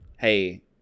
hey